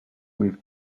with